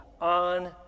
on